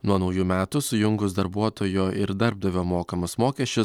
nuo naujų metų sujungus darbuotojo ir darbdavio mokamus mokesčius